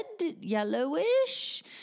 yellowish